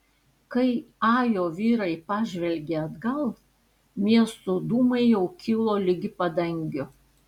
kai ajo vyrai pažvelgė atgal miesto dūmai jau kilo ligi padangių